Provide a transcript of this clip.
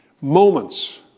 moments